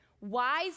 Wise